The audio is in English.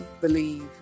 believe